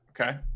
Okay